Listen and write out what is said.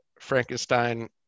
frankenstein